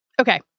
Okay